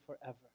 forever